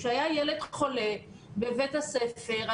כשהיה ילד חולה בבית הספר,